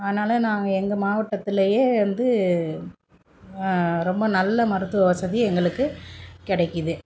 அதனால் நாங்கள் எங்கள் மாவட்டத்துலேயே வந்து ரொம்ப நல்ல மருத்துவ வசதி எங்களுக்கு கிடைக்குது